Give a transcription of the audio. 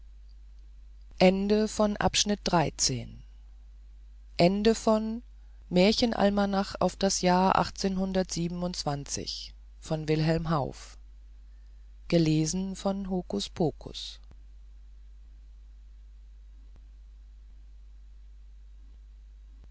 stände auf das jahr